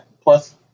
Plus